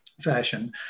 fashion